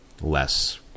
less